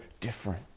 different